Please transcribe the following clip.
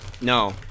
No